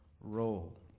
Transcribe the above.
role